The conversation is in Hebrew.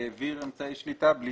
העביר אמצעי שליטה בלי